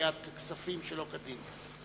וגביית כספים שלא כדין.